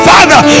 Father